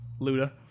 Luda